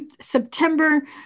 September